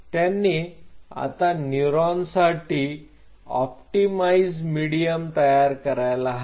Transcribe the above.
त्यांनी आता न्यूरॉन साठी ऑप्टिमाइझ मिडीयम तयार करायला हवे